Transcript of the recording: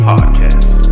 Podcast